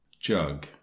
jug